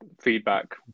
feedback